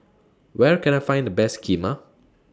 Where Can I Find The Best Kheema